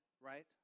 right